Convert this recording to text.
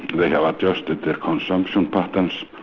they have adjusted their consumption patterns.